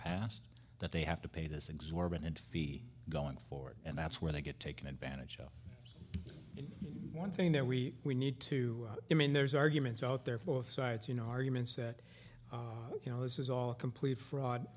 past that they have to pay this exorbitant fee going forward and that's where they get taken advantage of you know one thing that we we need to i mean there's arguments out there for the sides you know arguments that you know this is all a complete fraud